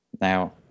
Now